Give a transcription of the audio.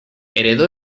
heredó